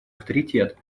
авторитет